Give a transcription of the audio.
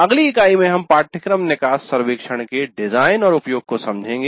अगली इकाई में हम पाठ्यक्रम निकास सर्वेक्षण के डिजाइन और उपयोग को समझेंगे